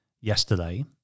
yesterday